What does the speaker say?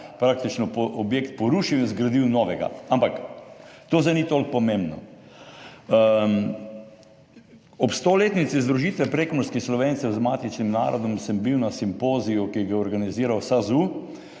praktično objekt porušil in zgradil novega. Ampak to zdaj ni toliko pomembno. Ob stoletnici združitve prekmurskih Slovencev z matičnim narodom sem bil na simpoziju, ki ga je organiziral SAZU.